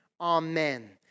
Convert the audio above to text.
amen